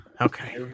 Okay